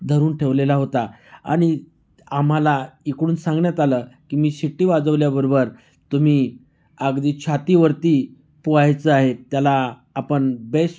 धरून ठेवलेला होता आणि आम्हाला इकडून सांगण्यात आलं की मी शिट्टी वाजवल्याबरोबर तुम्ही अगदी छातीवरती पोहायचं आहे त्याला आपण बेस्